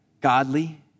godly